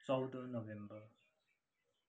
चौध नोभेम्बर